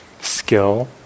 skill